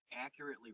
accurately